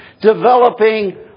developing